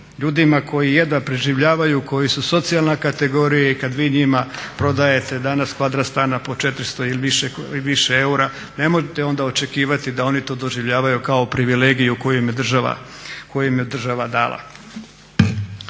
ljudima koji jedva preživljavaju, koji su socijalna kategorija i kada vi njima prodajete danas kvadrat stana po 400 ili više eura ne možete onda očekivati da oni to doživljavaju kao privilegiju koju im je država dala.